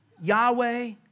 Yahweh